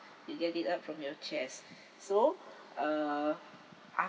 you get it out from your chest so uh after